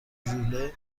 ژوله